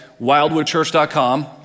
wildwoodchurch.com